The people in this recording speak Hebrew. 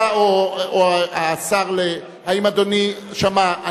אתה או השר, האם אדוני שמע?